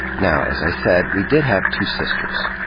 now, as i said, we d id have two sisters.